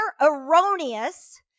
erroneous